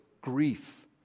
grief